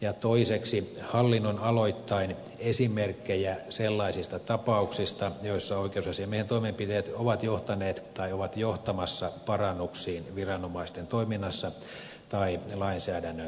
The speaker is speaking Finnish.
ja toiseksi hallinnonaloittain esimerkkejä sellaisista tapauksista joissa oikeusasiamiehen toimenpiteet ovat johtaneet tai ovat johtamassa parannuksiin viranomaisten toiminnassa tai lainsäädännön tilassa